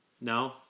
No